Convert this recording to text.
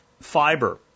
fiber